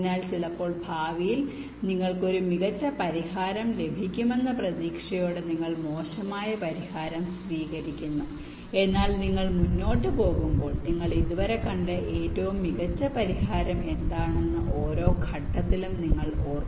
അതിനാൽ ചിലപ്പോൾ ഭാവിയിൽ നിങ്ങൾക്ക് ഒരു മികച്ച പരിഹാരം ലഭിക്കുമെന്ന പ്രതീക്ഷയോടെ നിങ്ങൾ മോശമായ പരിഹാരം സ്വീകരിക്കുന്നു എന്നാൽ നിങ്ങൾ മുന്നോട്ട് പോകുമ്പോൾ നിങ്ങൾ ഇതുവരെ കണ്ട ഏറ്റവും മികച്ച പരിഹാരം എന്താണെന്ന് ഓരോ ഘട്ടത്തിലും നിങ്ങൾ ഓർക്കുന്നു